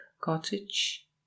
cottage